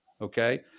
okay